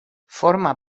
forma